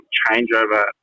changeover